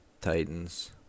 Titans